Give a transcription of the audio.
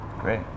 great